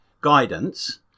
guidance